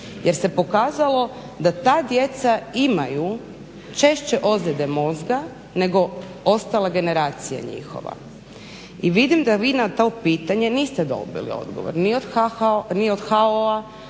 jer se pokazalo da ta djeca imaju češće ozljede mozga nego ostala generacija njihova. I vidim da vi na to pitanje niste dobili odgovor ni od HO-a,